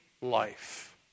life